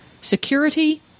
security